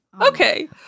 Okay